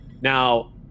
Now